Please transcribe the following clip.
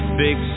big